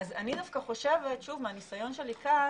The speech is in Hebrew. אני דווקא חושבת שוב, מהניסיון שלי כאן